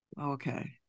Okay